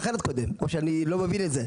או שאני לא מבין את זה.